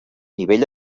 nivell